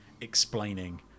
explaining